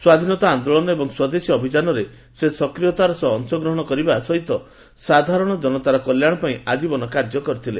ସ୍ୱାଧୀନତା ଆନ୍ଦୋଳନ ଏବଂ ସ୍ୱଦେଶୀ ଅଭିଯାନରେ ସକ୍ରିୟତାର ସହ ଅଂଶଗ୍ରହଣ କରିବା ସହ ସେ ସାଧାରଣ ଜନତାର କଲ୍ୟାଣ ପାଇଁ ଆଜୀବନ କାର୍ଯ୍ୟ କରିଥିଲେ